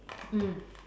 mm